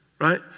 right